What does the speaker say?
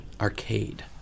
Arcade